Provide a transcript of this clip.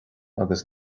agus